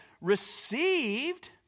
received